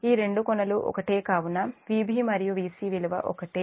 ఈ రెండు కొనలూ ఒకటే కావున Vb మరియు Vc విలువ ఒకటే